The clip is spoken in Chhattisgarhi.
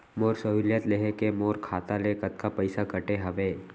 मोर सहुलियत लेहे के मोर खाता ले कतका पइसा कटे हवये?